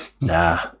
Nah